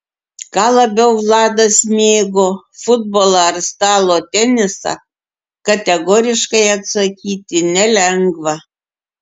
ką labiau vladas mėgo futbolą ar stalo tenisą kategoriškai atsakyti nelengva